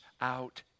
out